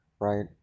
right